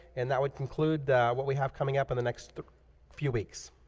and that would conclude what we have coming up in the next few weeks